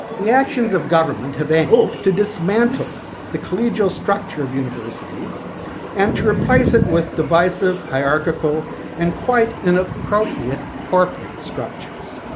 the actions of government have aimed to dismantle the collegial structure of universities and to replace it with divisive hierarchical and quite inappropriate corporate structures.